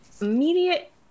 immediate